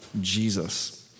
Jesus